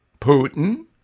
Putin